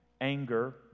anger